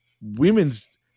women's